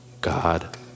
God